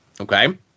Okay